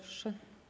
Proszę.